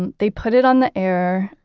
they put it on the air.